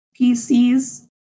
PCs